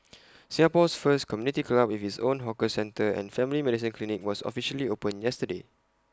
Singapore's first community club with its own hawker centre and family medicine clinic was officially opened yesterday